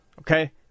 okay